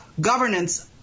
governance